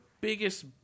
biggest